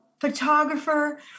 photographer